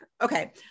okay